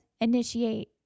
initiate